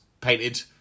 painted